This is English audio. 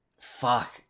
Fuck